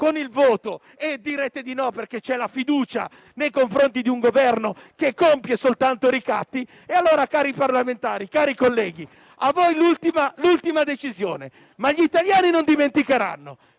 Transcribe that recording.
con il voto direte di no, perché c'è la fiducia nei confronti di un Governo che compie soltanto ricatti. Cari parlamentari, cari colleghi, allora sta a voi l'ultima decisione, ma gli italiani non dimenticheranno.